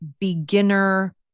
beginner